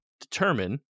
determine